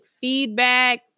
feedback